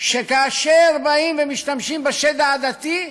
שכאשר משתמשים בשד העדתי,